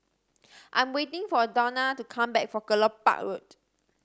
I'm waiting for Dawna to come back from Kelopak Road